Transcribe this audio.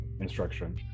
instruction